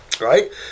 Right